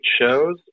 shows